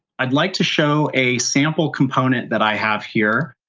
i'd like to show a sample component that i have here.